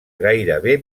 gairebé